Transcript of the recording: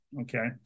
Okay